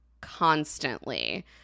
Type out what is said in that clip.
constantly